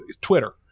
Twitter